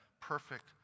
perfect